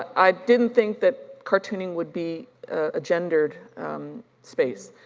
i didn't think that cartooning would be a gendered space,